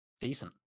decent